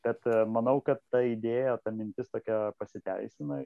bet manau kad ta idėja ta mintis tokia pasiteisina